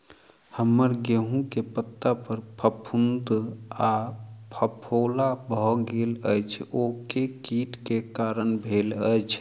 हम्मर गेंहूँ केँ पत्ता पर फफूंद आ फफोला भऽ गेल अछि, ओ केँ कीट केँ कारण भेल अछि?